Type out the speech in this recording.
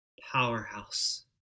powerhouse